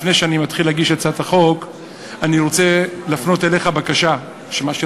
לפני שאני מתחיל להגיש את הצעת החוק אני רוצה להפנות אליך בקשה שרציתי,